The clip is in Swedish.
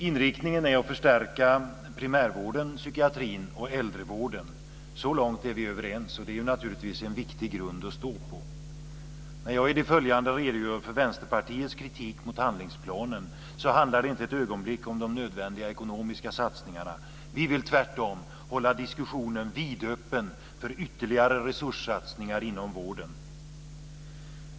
Inriktningen är att förstärka primärvården, psykiatrin och äldrevården. Så långt är vi överens och det är ju naturligtvis en viktig grund att stå på. När jag i det följande redogör för Vänsterpartiets kritik mot handlingsplanen handlar det inte ett ögonblick om de nödvändiga ekonomiska satsningarna. Vi vill tvärtom hålla diskussionen vidöppen för ytterligare resurssatsningar inom vården.